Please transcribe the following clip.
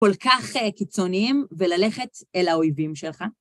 כל כך קיצוניים, וללכת אל האויבים שלך.